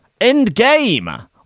Endgame